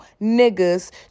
niggas